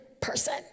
person